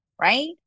right